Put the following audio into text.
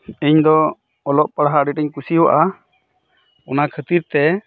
ᱤᱧ ᱫᱚ ᱚᱞᱚᱜ ᱯᱟᱲᱦᱟᱣ ᱟ ᱰᱤ ᱟᱸᱴ ᱤᱧ ᱠᱩᱥᱤᱭᱟᱜᱼᱟ ᱚᱱᱟ ᱠᱷᱟ ᱛᱤᱨ ᱛᱮ